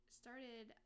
started